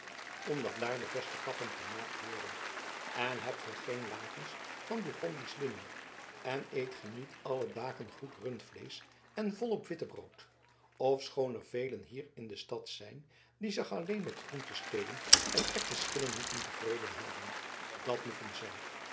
omdat daar de beste kappen gemaakt worden en hebt ge geen lakens van bourgondisch linnen en eet ge niet alle dagen goed rundvleesch en volop wittebrood ofschoon er velen hier in de stad zijn die zich alleen met groentestelen en erwteschillen moeten tevreden houden dat moeten zij